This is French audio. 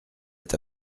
est